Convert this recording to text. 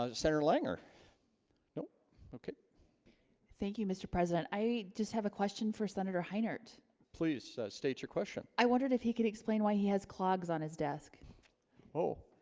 ah senator langer okay thank you mr president i just have a question for senator heiner t' please state your question. i wondered if he could explain why he has clogs on his desk oh